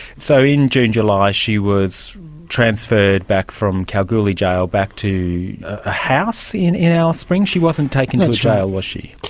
so in june july she was transferred back from kalgoorlie jail back to a house in in alice springs? she wasn't taken jail, was she.